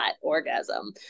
orgasm